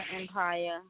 empire